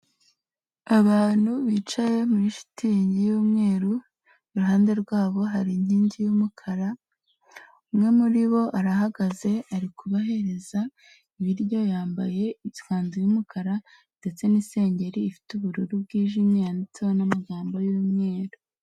Abantu bicaye muri shitingi y'umweru, iruhande rwabo hari inkingi y'umukara, umwe muri bo arahagaze arikubahereza ibiryo, yambaye ikanzu y'umukara ndetse n'isengeri ifite ubururu bwijimye yanditseho n'amagambo y'umweru.